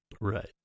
Right